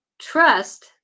trust